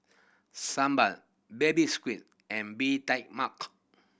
sambal Baby Squid and Bee Tai Mak